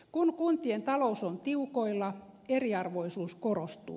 kun kuntien talous on tiukoilla eriarvoisuus korostuu